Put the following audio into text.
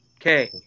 Okay